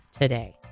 today